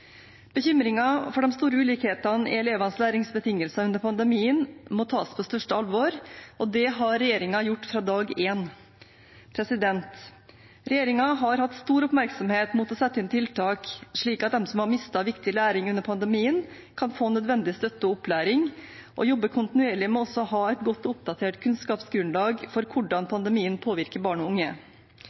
for de store ulikhetene i elevenes læringsbetingelser under pandemien må tas på største alvor, og det har regjeringen gjort fra dag én. Regjeringen har hatt stor oppmerksomhet mot å sette inn tiltak slik at de som har mistet viktig læring under pandemien, kan få nødvendig støtte og opplæring, og jobber kontinuerlig med også å ha et godt oppdatert kunnskapsgrunnlag for hvordan pandemien påvirker barn og unge.